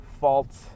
fault